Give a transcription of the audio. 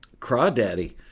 Crawdaddy